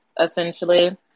essentially